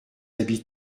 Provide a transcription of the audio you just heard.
abbés